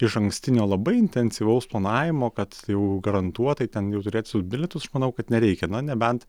išankstinio labai intensyvaus planavimo kad jau garantuotai ten jau turėt tuos bilietus aš manau kad nereikia na nebent